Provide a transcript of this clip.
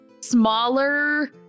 smaller